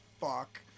fuck